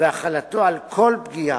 והחלתו על כל פגיעה,